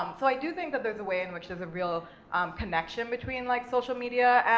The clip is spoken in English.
um so i do think that there's a way in which there's a real connection between, like, social media